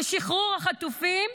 לשחרור החטופים,